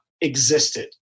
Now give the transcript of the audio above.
existed